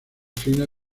finas